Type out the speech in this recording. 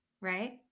right